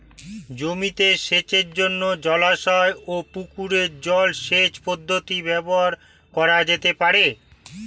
জমিতে সেচের জন্য জলাশয় ও পুকুরের জল সেচ পদ্ধতি ব্যবহার করা যেতে পারে?